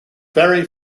very